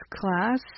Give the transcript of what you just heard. class